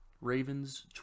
Ravens